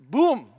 Boom